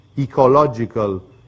Ecological